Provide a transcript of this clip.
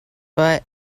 but